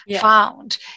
found